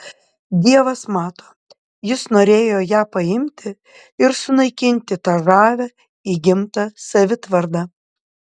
dievas mato jis norėjo ją paimti ir sunaikinti tą žavią įgimtą savitvardą